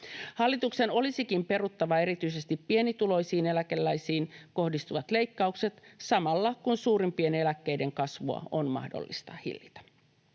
Hallituksen olisikin peruttava erityisesti pienituloisiin eläkeläisiin kohdistuvat leikkaukset, samalla kun suurimpien eläkkeiden kasvua on mahdollista hillitä.